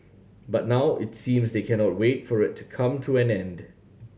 but now it seems they cannot wait for it to come to an end